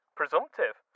presumptive